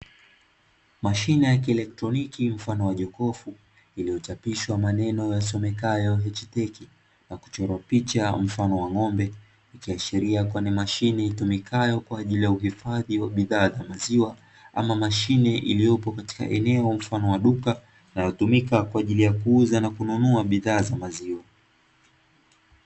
Mashine ya kielektroniki mfano wa jokofu iliyochapishwa maneno yasomekayo "H-Tech", kwa kuchorwa picha mfano wa ng'ombe, ikiashiria kuwa mashine itumikayo kwa ajili ya uhifadhi wa bidhaa za maziwa, ama mashine iliyopo katika eneo mfano wa duka, inayotumika kwa ajili ya kuuza na kununua bidhaa za maziwa.